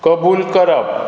कबूल करप